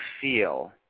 feel